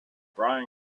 brian